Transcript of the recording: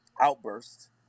outbursts